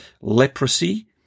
leprosy